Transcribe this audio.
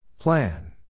Plan